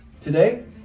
Today